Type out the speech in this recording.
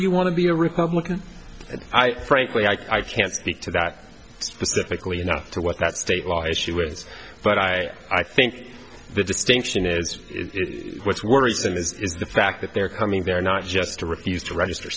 you want to be a republican but i frankly i can't speak to that specifically enough to what that state law issue ways but i i think the distinction is what's worrisome is the fact that they're coming they're not just to refuse to register